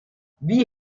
wie